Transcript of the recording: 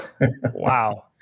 Wow